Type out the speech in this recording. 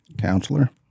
Counselor